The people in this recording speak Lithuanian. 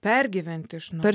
pergyventi iš naujo